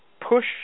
push